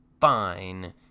fine